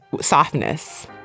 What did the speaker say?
softness